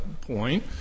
point